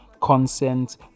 consent